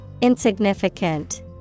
Insignificant